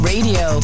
Radio